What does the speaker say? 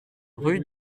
rue